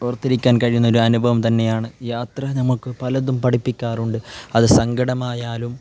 ഓർത്തിരിക്കാൻ കഴിയുന്നൊരു അനുഭവം തന്നെയാണ് യാത്ര നമ്മൾക്ക് പലതും പഠിപ്പിക്കാറുണ്ട് അത് സങ്കടമായാലും